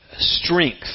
strength